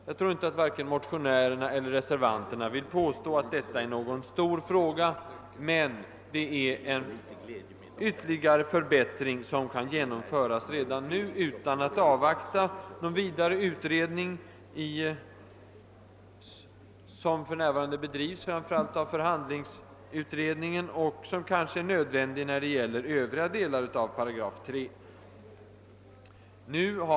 Jag tror inte att vare sig motionärerna eller reservanterna vill påstå att detta är någon stor fråga, men det är en vtterligare förbättring som kan genomföras redan nu utan att avvakta den vidare utredning som kanske är nödvändig när det gäller övriga delar av paragraf 3.